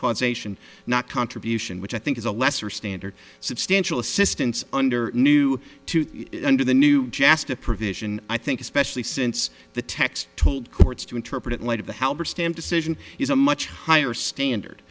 causation not contribution which i think is a lesser standard substantial assistance under new under the new jasta provision i think especially since the text told courts to interpret it later the helper stand decision is a much higher standard